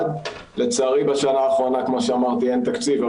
לצערי בשנה האחרונה כמו שאמרתי אין תקציב,